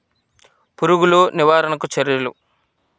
పురుగులు నివారణకు చర్యలు?